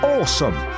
Awesome